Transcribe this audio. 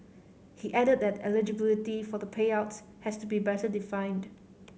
he added that eligibility for the payouts has to be better defined